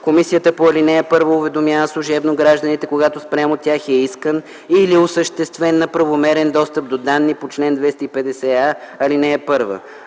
Комисията по ал. 1 уведомява служебно гражданите, когато спрямо тях е искан или осъществен неправомерен достъп до данни по чл. 250а, ал. 1.